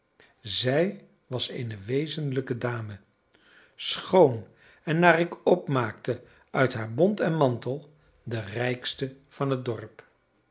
zij was eene wezenlijke dame schoon en naar ik opmaakte uit haar bont en mantel de rijkste van het dorp